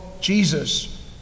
Jesus